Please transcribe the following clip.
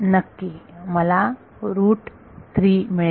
नक्की मला रूट 3 मिळेल